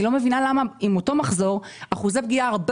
אני לא מבינה למה עם אותו מחזור ועם אחוזי פגיעה הרבה